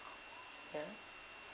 uh